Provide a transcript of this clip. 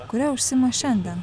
kuria užsiima šiandien